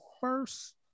first